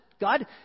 God